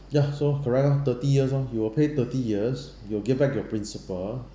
ya so correct lor thirty years lor you will pay thirty years you will get back your principal